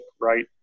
right